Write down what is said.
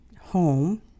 Home